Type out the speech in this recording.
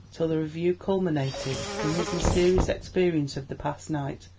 till the review culminated in his mysterious experience of the past night,